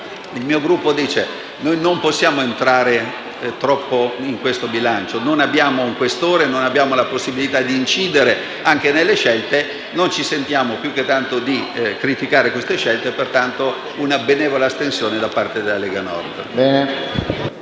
Il mio Gruppo dice che non possiamo entrare troppo in questo bilancio, perché non abbiamo un senatore Questore e non abbiamo la possibilità di incidere nelle scelte. Non ci sentiamo più di tanto di criticare queste scelte, pertanto annunciamo una benevola astensione da parte della Lega Nord.